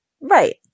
Right